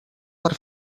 per